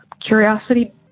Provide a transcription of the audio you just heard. curiosity